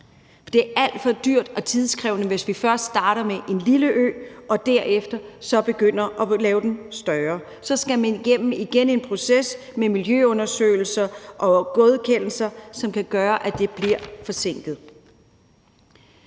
det er alt for dyrt og tidskrævende, hvis vi først starter med en lille ø og derefter begynder at lave den større. Så skal man igen igennem en proces med miljøundersøgelser og godkendelser, som kan gøre, at det bliver forsinket.